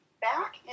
back